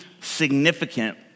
significant